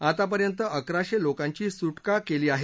आतापर्यंत अकराशे लोकांची सुटका केली आहे